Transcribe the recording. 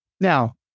Now